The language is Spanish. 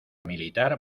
militar